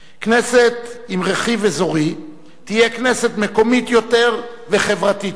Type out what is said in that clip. כנסת עם רכיב אזורי תהיה כנסת מקומית יותר וחברתית יותר,